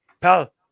Pal